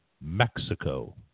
Mexico